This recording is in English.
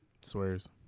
Swears